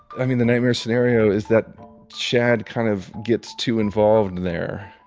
i mean, the nightmare scenario is that chad kind of gets too involved there,